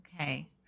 Okay